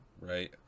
right